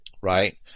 Right